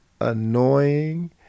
annoying